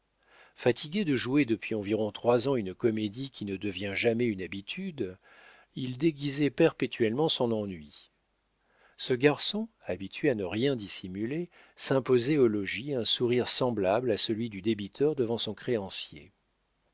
fatigué de jouer depuis environ trois ans une comédie qui ne devient jamais une habitude il déguisait perpétuellement son ennui ce garçon habitué à ne rien dissimuler s'imposait au logis un sourire semblable à celui du débiteur devant son créancier